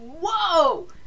whoa